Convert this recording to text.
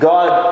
God